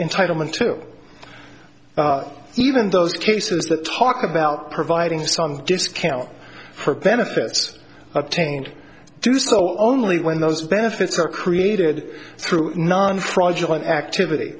entitle ment to even those cases that talk about providing some discount for benefits obtained do so only when those benefits are created through non project an activity